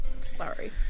Sorry